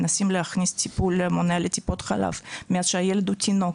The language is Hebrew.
מנסים להכניס טיפול מונע לטיפול חלב מאז שהילד הוא תינוק.